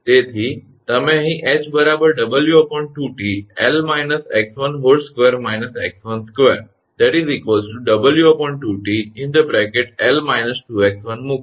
તેથી તમે અહીં ℎ 𝑊 2𝑇𝐿 − 𝑥12 − 𝑥12 𝑊 2𝑇 𝐿 − 2𝑥1 મૂકો